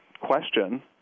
question